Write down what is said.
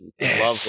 love